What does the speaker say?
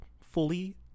fully